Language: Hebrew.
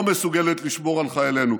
לא מסוגלת לשמור על חיילינו,